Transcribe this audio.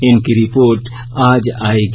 इनकी रिपोर्ट आज आएगी